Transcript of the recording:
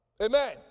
Amen